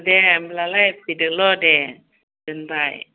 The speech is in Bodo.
दे होनब्लालाय फैदोल' दे दोनबाय